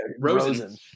Rosen